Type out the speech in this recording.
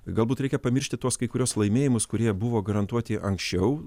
galbūt reikia pamiršti tuos kai kuriuos laimėjimus kurie buvo garantuoti anksčiau